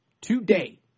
Today